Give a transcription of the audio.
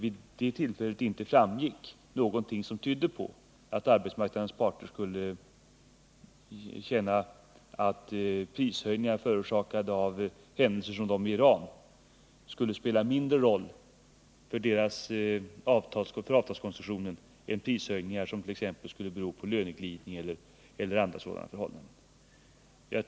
Vid det tillfället framkom inte någonting som tydde på att arbetsmarknadens parter skulle känna att prishöjningar förorsakade av händelser som de i Iran skulle spela mindre roll för avtalskonstruktionen än prishöjningar som t.ex. beror på löneglidning eller andra sådana förhållanden.